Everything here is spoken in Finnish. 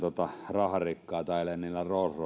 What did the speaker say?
raharikkaat ajelevat niillä rolls royceillaan sitten